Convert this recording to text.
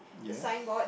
yes